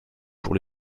pour